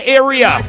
area